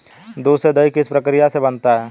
दूध से दही किस प्रक्रिया से बनता है?